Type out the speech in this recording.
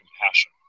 compassion